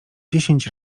dziesięć